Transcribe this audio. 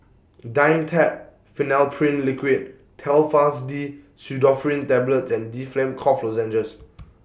Dimetapp Phenylephrine Liquid Telfast D Pseudoephrine Tablets and Difflam Cough Lozenges